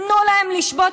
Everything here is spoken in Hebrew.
תנו להם לשבות,